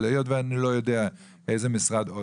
אבל היות ואני לא יודע איזה משרד עוד